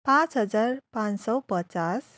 पाँच हजार पाँच सौ पचास